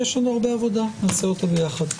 יש לנו הרבה עבודה ונעשה אותה ביחד.